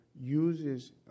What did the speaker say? uses